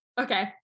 Okay